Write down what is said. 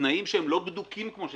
בתנאים שהם לא בדוקים כמו שצריך,